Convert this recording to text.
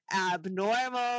abnormal